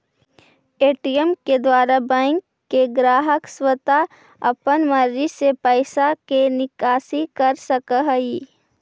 ATM के द्वारा bank के ग्राहक स्वता अपन मर्जी से पैइसा के निकासी कर सकऽ हइ